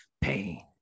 Pain